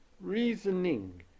reasoning